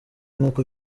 nk’uko